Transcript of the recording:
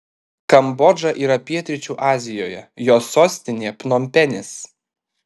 kambodža yra pietryčių azijoje jos sostinė pnompenis